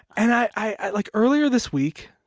and i like, earlier this week,